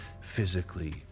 physically